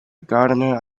gardener